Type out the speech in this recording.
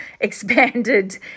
expanded